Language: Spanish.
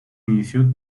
inició